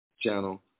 channel